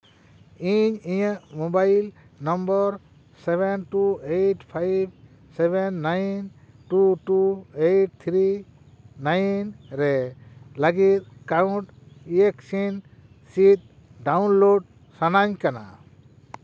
ᱤᱧ ᱤᱧᱟᱹᱜ mobile number seven two eight five seven nine two two eight three nine ᱨᱮ ᱞᱟᱹᱜᱤᱫ count ᱤᱭᱮᱠᱥᱤᱱ ᱥᱤᱫ ᱰᱟᱣᱩᱱᱞᱳᱰ ᱥᱟᱱᱟᱧ ᱠᱟᱱᱟ